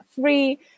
free